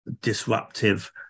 disruptive